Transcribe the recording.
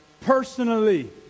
personally